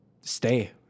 stay